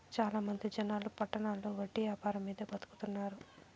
చాలా మంది జనాలు పట్టణాల్లో వడ్డీ యాపారం మీదే బతుకుతున్నారు